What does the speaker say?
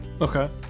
okay